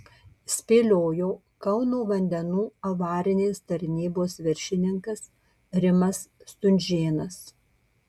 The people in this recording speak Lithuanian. spėliojo kauno vandenų avarinės tarnybos viršininkas rimas stunžėnas